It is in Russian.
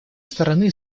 стороны